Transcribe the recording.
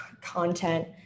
content